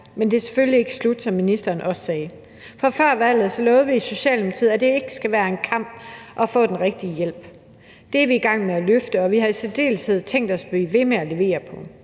men det er selvfølgelig ikke slut, som ministeren også sagde. For før valget lovede vi i Socialdemokratiet, at det ikke skal være en kamp at få den rigtige hjælp. Det er vi i gang med at løfte, og vi har i særdeleshed tænkt os at blive ved med at levere på